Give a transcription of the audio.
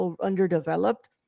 underdeveloped